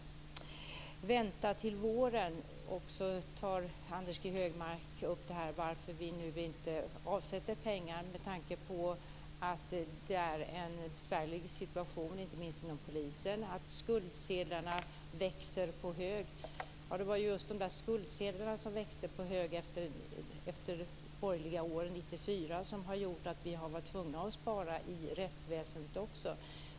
Anders G Högmark talar om att vänta till våren och tar upp frågan om varför vi nu inte avsätter pengar med tanke på att det är en besvärlig situation, inte minst inom polisen, och att skuldsedlarna växer på hög. Ja, det var ju just de där skuldsedlarna som växte på hög efter de borgerliga åren 1994 som har gjort att vi har varit tvungna att spara inom rättsväsendet också.